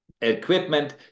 equipment